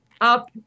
up